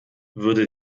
würde